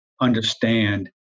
understand